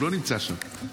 הוא לא נמצא שם,